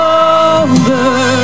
over